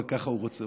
אבל אם ככה הוא רוצה,